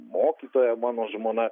mokytoja mano žmona